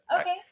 Okay